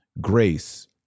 grace